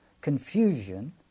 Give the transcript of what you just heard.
confusion